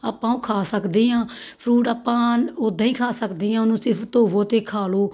ਆਪਾਂ ਉਹ ਖਾ ਸਕਦੇ ਹਾਂ ਫਰੂਟ ਆਪਾਂ ਉੱਦਾਂ ਹੀ ਖਾ ਸਕਦੇ ਹਾਂ ਉਹਨੂੰ ਸਿਰਫ ਧੋਵੋ ਅਤੇ ਖਾ ਲਓ